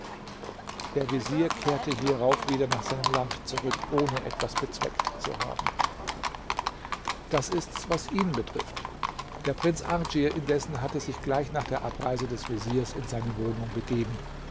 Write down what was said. der vezier kehrte hierauf wieder nach seinem land zurück ohne etwas bezweckt zu haben das ist's was ihn betrifft der prinz ardschir indessen hatte sich gleich nach der abreise des veziers in seine wohnung begeben